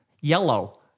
yellow